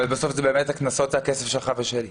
אבל בסוף באמת הקנסות זה הכסף שלך ושלי.